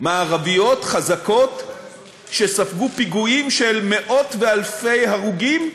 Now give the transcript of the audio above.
מערביות חזקות שספגו פיגועים של מאות ואלפי הרוגים.